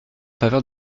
faveur